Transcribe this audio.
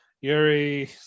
Yuri